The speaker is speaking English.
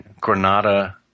Granada